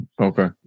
Okay